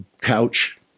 couch